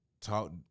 talk